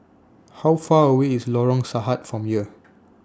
How Far away IS Lorong Sahad from here